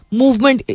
movement